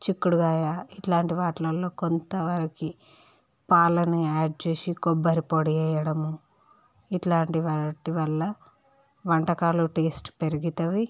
చిక్కుడు కాయ ఇట్లాంటి వాట్లల్లో కొంత వరకి పాలని యాడ్ చేసి కొబ్బరి పొడినేయడం ఇట్లాంటి వాటి వల్ల వంటకాలు టేస్ట్ పెరుగుతుంది